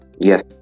Yes